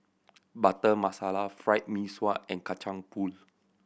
Butter Masala Fried Mee Sua and Kacang Pool